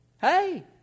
Hey